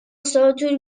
ساتور